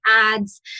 ads